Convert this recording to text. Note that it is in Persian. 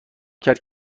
کرد